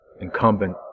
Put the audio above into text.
incumbent